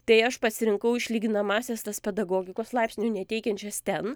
tai aš pasirinkau išlyginamąsias tas pedagogikos laipsnio neteikiančias ten